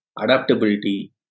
adaptability